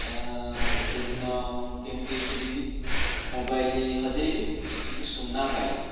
ସେଦିନ ମୁଁ କେମିତି ଭୁଲିବି ମୋବାଇଲ୍ ହଜେଇଲି କିନ୍ତୁ ସୁନା ପାଇଲି